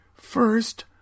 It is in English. first